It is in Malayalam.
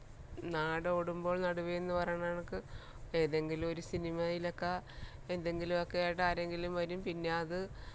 നാടോടുമ്പോൾ നടുവെ എന്ന് പറയുന്ന കണക്ക് ഏതെങ്കിലുമൊരു സിനിമയിലൊക്ക എന്തെങ്കിലുമൊക്കെ ആയിട്ട് ആരെങ്കിലും വരും പിന്നെ അത്